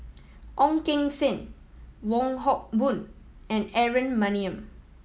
Ong Keng Sen Wong Hock Boon and Aaron Maniam